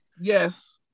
Yes